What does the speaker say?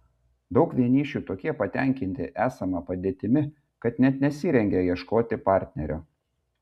daug vienišių tokie patenkinti esama padėtimi kad net nesirengia ieškoti partnerio